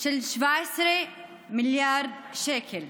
של 17 מיליארד שקלים.